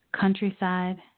countryside